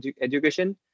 education